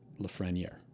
Lafreniere